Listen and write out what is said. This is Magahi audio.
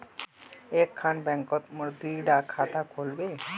एक खान बैंकोत मोर दुई डा खाता खुल बे?